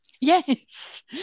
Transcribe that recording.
Yes